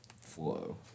flow